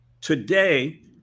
Today